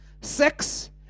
Sex